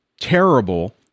terrible